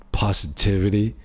positivity